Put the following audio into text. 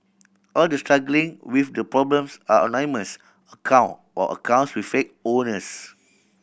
all the struggling with the problems ah anonymous account or accounts with fake owners